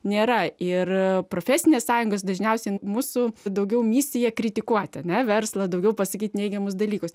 nėra ir profesinės sąjungos dažniausiai mūsų daugiau misija kritikuoti ane verslą daugiau pasakyt neigiamus dalykus